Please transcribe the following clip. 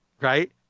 Right